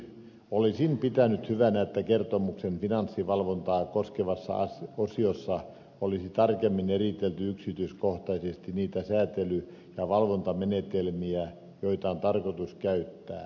olisin pitänyt hyvänä että kertomuksen finanssivalvontaa koskevassa osiossa olisi tarkemmin eritelty yksityiskohtaisesti niitä säätely ja valvontamenetelmiä joita on tarkoitus käyttää